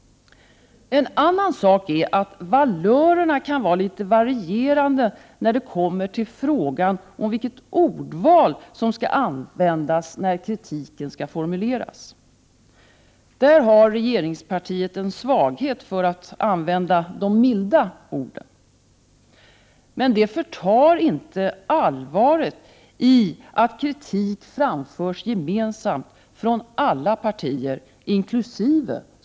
En annan sak är att valörerna kan vara litet varierande när det kommer till frågan vilket ordval som skall användas när kritiken skall formuleras. Där har regeringspartiet en svaghet, för att använda de milda orden. Men det förtar inte allvaret i att kritik framförs gemensamt från alla partier inkl.